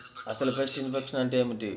అసలు pest infection అంటే ఏమిటి?